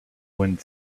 wind